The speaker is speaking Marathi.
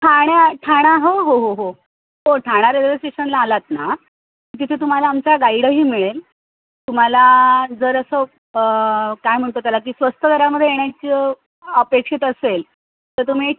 ठाण्या ठाणा हो हो हो हो ठाणा रेल्वे स्टेशनला आलात ना तिथे तुम्हाला आमच्या गाईडही मिळेल तुम्हाला जर असं काय म्हणतो त्या आला की स्वस्त दरामध्ये येण्याचं अपेक्षित असेल तर तुम्ही